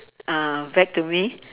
uh back to me